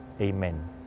Amen